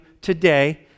today